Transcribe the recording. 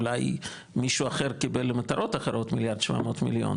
אולי מישהו אחר קיבל מטרות אחרות 1.700 מיליארד,